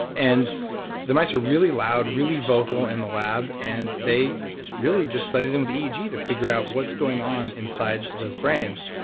and the mice are really loud, really vocal in the lab. and they really just studied them with eeg to figure out what's going on inside those brains.